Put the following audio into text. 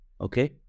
Okay